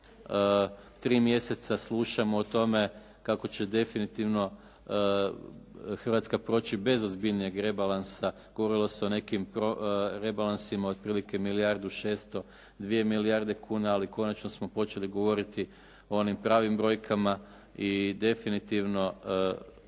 tri mjeseca slušamo o tome kako će definitivno Hrvatska proći bez ozbiljnijeg rebalansa. Govorilo se o nekim rebalansima otprilike milijardu 600, 2 milijarde kuna ali konačno smo počeli govoriti o onim pravim brojkama i definitivno